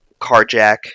carjack